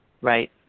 Right